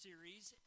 series